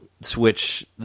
Switch